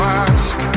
ask